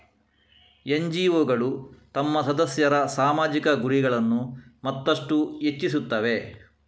ಎನ್.ಜಿ.ಒಗಳು ತಮ್ಮ ಸದಸ್ಯರ ಸಾಮಾಜಿಕ ಗುರಿಗಳನ್ನು ಮತ್ತಷ್ಟು ಹೆಚ್ಚಿಸುತ್ತವೆ